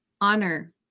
Honor